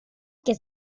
que